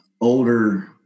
older